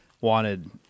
wanted